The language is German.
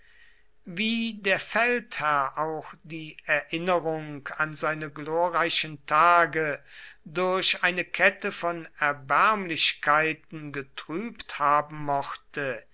wie der feldherr auch die erinnerung an seine glorreichen tage durch eine kette von erbärmlichkeiten getrübt haben mochte